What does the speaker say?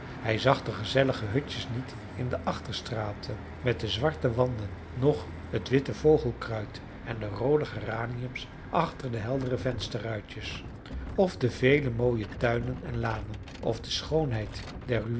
hij zag de gezellige hutjes niet in de achterstraten met de zwarte wanden noch het witte vogelkruid en de roode geraniums achter de heldere vensterruitjes of de vele mooie tuinen en lanen of de schoonheid